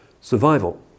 survival